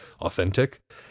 authentic